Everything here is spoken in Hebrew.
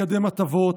לקדם הטבות,